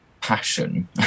passion